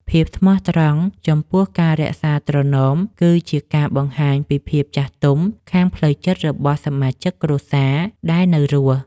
ភាពស្មោះត្រង់ចំពោះការរក្សាត្រណម គឺជាការបង្ហាញពីភាពចាស់ទុំខាងផ្លូវចិត្តរបស់សមាជិកគ្រួសារដែលនៅរស់។